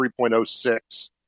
3.06